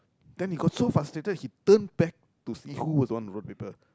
then he got so frustrated he turn back to see who was the one who wrote the paper